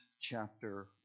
chapter